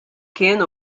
kien